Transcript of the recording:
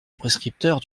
prescripteurs